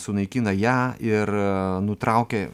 sunaikina ją ir nutraukia